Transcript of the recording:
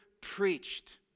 preached